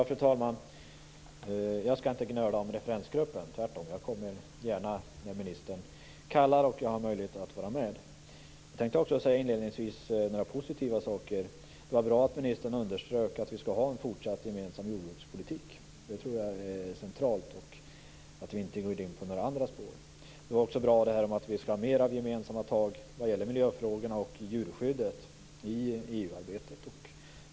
Fru talman! Jag skall inte gnöla om referensgruppen. Tvärtom, jag kommer gärna när ministern kallar och jag har möjlighet att vara med. Jag tänkte också inledningsvis säga några positiva saker. Det var bra att ministern underströk att vi skall ha en fortsatt gemensam jordbrukspolitik. Det tror jag är centralt; att vi inte går in på några andra spår. Det var också bra att vi skall ha mer av gemensamma tag vad gäller miljöfrågorna och djurskyddet i EU arbetet.